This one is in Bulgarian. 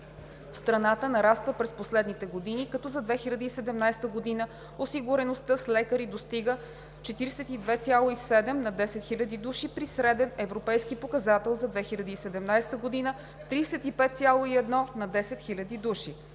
страната нараства през последните години, като за 2017 г. осигуреността с лекари достига 42,7 на 10 000 души, при среден европейски показател за 2017 г. – 35,1 на 10 000 души.